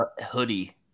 Hoodie